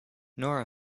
nora